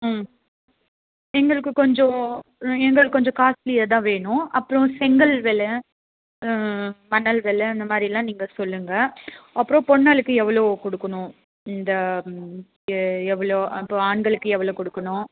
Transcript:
ம் எங்களுக்கு கொஞ்சம் எங்களுக்கு கொஞ்சம் காஸ்ட்லியாக தான் வேணும் அப்புறம் செங்கல் வெலை மணல் வெலை அந்தமாதிரில்லாம் நீங்கள் சொல்லுங்கள் அப்புறம் பொண் ஆளுக்கு எவ்வளோ கொடுக்கணும் இந்த இந்த எவ்வளோ இப்போ ஆண்களுக்கு எவ்வளோ கொடுக்கணும்